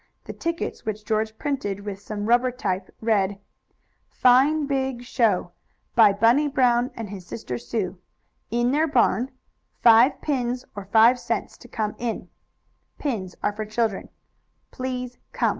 the tickets, which george printed with some rubber type, read fine big show by bunny brown and his sister sue in their barn five pins or five cents to come in pins are for children please come